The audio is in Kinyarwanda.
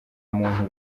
muntu